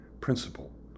principle